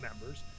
members